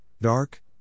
dark